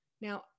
Now